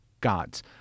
gods